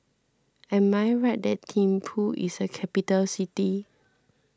am I right that Thimphu is a capital city